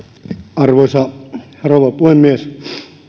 arvoisa rouva puhemies